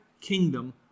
kingdom